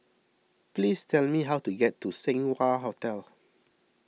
please tell me how to get to Seng Wah Hotel